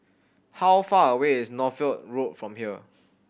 how far away is Northolt Road from here